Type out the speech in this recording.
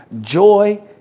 joy